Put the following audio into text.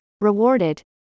rewarded